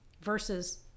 versus